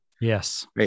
yes